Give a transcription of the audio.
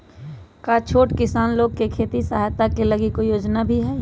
का छोटा किसान लोग के खेती सहायता के लगी कोई योजना भी हई?